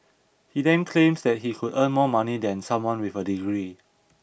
he then claims that he could earn more money than someone with a degree